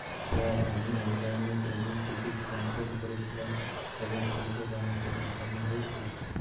Sir আমি অনলাইনে ট্রেনের টিকিট ক্যানসেল করেছিলাম এবং সেই টাকা আমাকে পাঠানো হয়েছে?